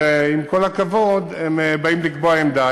שעם כל הכבוד, הם באים לקבוע עמדה.